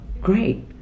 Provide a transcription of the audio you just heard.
great